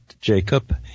Jacob